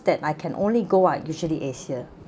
that I can only go ah usually asia